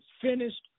finished